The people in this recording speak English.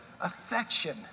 affection